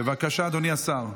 בבקשה, אדוני השר.